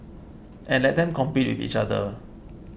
and let them compete with each other